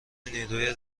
نیروی